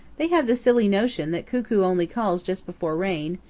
they have the silly notion that cuckoo only calls just before rain,